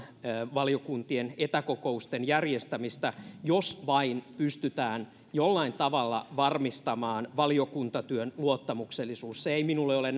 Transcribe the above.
valiokuntien etäkokousten järjestämistä jos vain pystytään jollain tavalla varmistamaan valiokuntatyön luottamuksellisuus se ei minulle ole